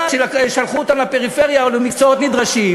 אם שלחו אותם לפריפריה או למקצועות נדרשים,